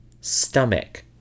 stomach